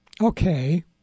Okay